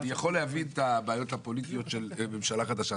אני יכול להבין את הבעיות הפוליטיות של ממשלה חדשה,